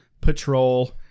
patrol